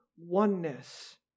oneness